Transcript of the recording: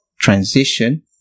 transition